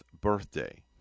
birthday